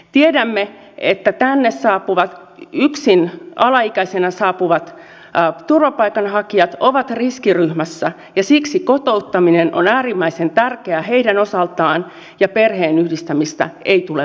tiedämme että tänne yksin alaikäisinä saapuvat turvapaikanhakijat ovat riskiryhmässä ja siksi kotouttaminen on äärimmäisen tärkeää heidän osaltaan eikä perheenyhdistämistä tule vaikeuttaa